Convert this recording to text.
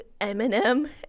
Eminem